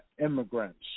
immigrants